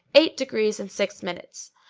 eight degrees and six minutes.